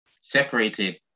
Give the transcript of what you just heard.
separated